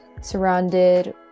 surrounded